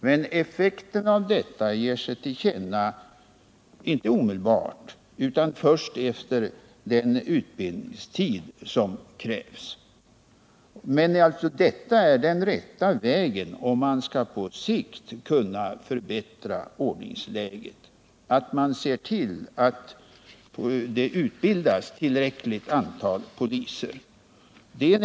Men effekterna av denna utbildning ger sig inte till känna omedelbart, utan först sedan den utbildningstid som krävs har avverkats. Den rätta vägen att gå, om man på sikt skall kunna förbättra ordningsläget, är att se till att tillräckligt antal poliser utbildas.